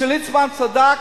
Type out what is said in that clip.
שליצמן צדק